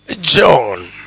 John